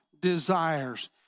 desires